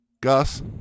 Gus